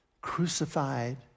crucified